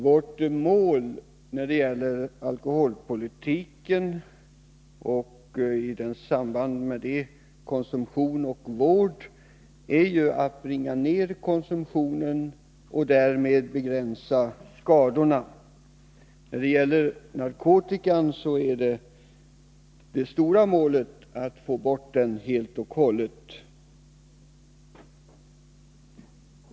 Vårt mål för alkoholpolitiken är att nedbringa konsumtionen och därmed begränsa skadorna. Då det gäller narkotikan är det stora målet att få bort narkotikan helt och hållet.